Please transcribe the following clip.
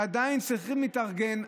עדיין צריכים להתארגן.